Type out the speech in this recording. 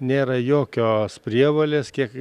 nėra jokios prievolės kiek